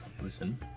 listen